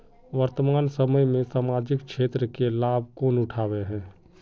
वर्तमान समय में सामाजिक क्षेत्र के लाभ कौन उठावे है?